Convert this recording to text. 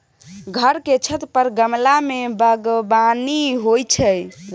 घर के छत पर गमला मे बगबानी होइ छै